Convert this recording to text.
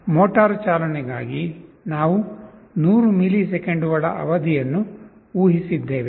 motor ಚಾಲನೆಗಾಗಿ ನಾವು 100 ಮಿಲಿಸೆಕೆಂಡುಗಳ ಅವಧಿಯನ್ನು ಊಹಿಸಿದ್ದೇವೆ